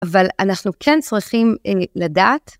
אבל אנחנו כן צריכים לדעת.